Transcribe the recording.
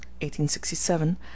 1867